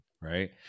Right